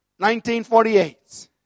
1948